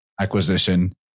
acquisition